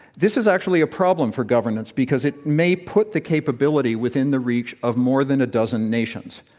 this is actually a problem for governance, because it may put the capability within the reach of more than a dozen nations.